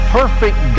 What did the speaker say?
perfect